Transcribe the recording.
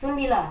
sundilah